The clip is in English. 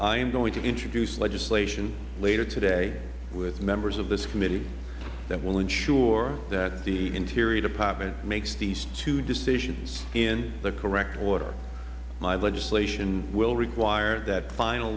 i am going to introduce legislation later today with members of this committee that will ensure that the interior department makes these two decisions in the correct order my legislation will require that the final